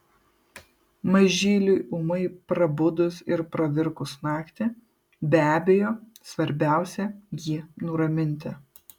mažyliui ūmai prabudus ir pravirkus naktį be abejo svarbiausia jį nuraminti